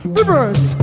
reverse